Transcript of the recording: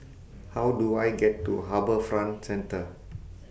How Do I get to HarbourFront Centre